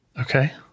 Okay